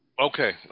Okay